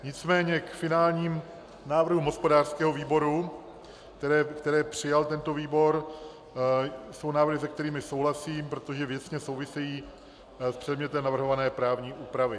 Nicméně k finálním návrhům hospodářského výboru, které přijal tento výbor, jsou návrhy, se kterými souhlasím, protože věcně souvisejí s předmětem navrhované právní úpravy.